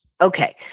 Okay